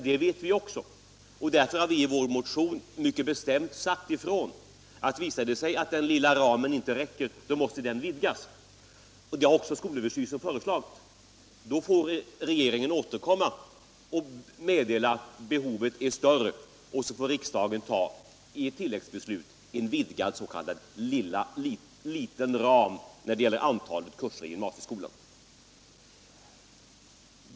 Det vet vi också, och därför har vi i vår motion bestämt sagt ifrån, att visar det sig att den lilla ramen inte räcker måste den vidgas, och det har också skolöverstyrelsen föreslagit. Då får regeringen återkomma och meddela att behovet är större, och så får riksdagen i ett tilläggsbeslut vidga ramen för antalet kurser i gymnasieskolan.